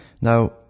Now